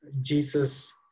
Jesus